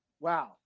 Wow